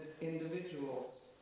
individuals